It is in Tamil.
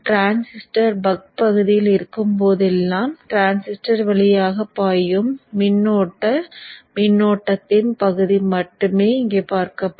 டிரான்சிஸ்டர் பக் பகுதியில் இருக்கும் போதெல்லாம் டிரான்சிஸ்டர் வழியாக பாயும் மின்னோட்ட மின்னோட்டத்தின் பகுதி மட்டுமே இங்கே பார்க்கப்படும்